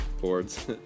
boards